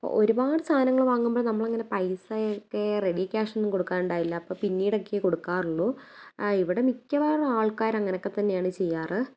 ഒരുപാട് സാധങ്ങൾ വാങ്ങുമ്പോൾ നമ്മളിങ്ങനെ പൈസ ഒക്കെ റെഡി ക്യാഷ് ഒന്നും കൊടുക്കാനുണ്ടായില്ല അപ്പം പിന്നീടൊക്കെ കൊടുക്കാറുള്ളൂ ആ ഇവിടെ മിക്കവാറും ആൾക്കാർ അങ്ങനൊക്കെ തന്നെയാണ് ചെയ്യാറ്